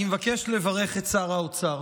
אני מבקש לברך את שר האוצר.